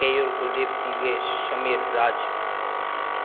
Keyur Kuldeep Divesh Samir Raj